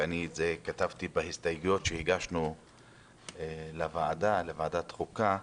כפי שכתבתי בהסתייגויות שהגשנו לוועדת החוקה,